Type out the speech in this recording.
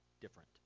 different